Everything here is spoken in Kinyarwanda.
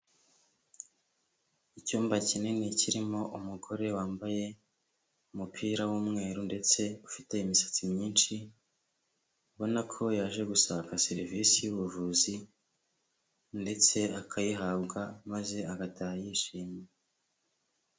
Icyumba kinini kirimo umugore wambaye, umupira w'umweru ndetse ufite imisatsi myinshi, ubona ko yaje gusaka serivisi y'ubuvuzi ndetse akayihabwa maze agataha yishimye.